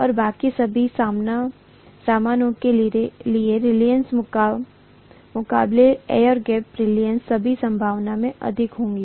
और बाकी सभी सामानों के लिए रीलक्टन्स के मुकाबले एयर गैप रीलक्टन्स सभी संभावना में अधिक होगी